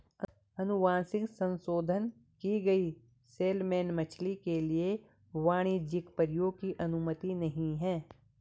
अनुवांशिक संशोधन की गई सैलमन मछली के लिए वाणिज्यिक प्रयोग की अनुमति नहीं है